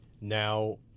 Now